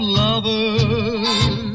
lovers